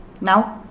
Now